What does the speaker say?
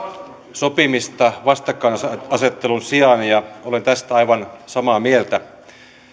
sopimista vastakkainasettelun sijaan ja olen tästä aivan samaa mieltä